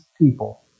people